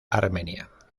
armenia